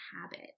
habit